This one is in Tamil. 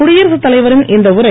குடியரசுத் தலைவரின் இந்த உரை